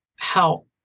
help